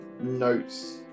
notes